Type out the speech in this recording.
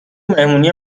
مهمونی